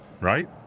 Right